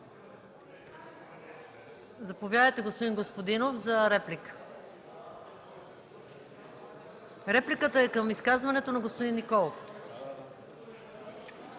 Заповядайте, господин Господинов, за реплика. Репликата е към изказването на господин Николов.